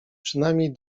przynajmniej